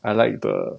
I like the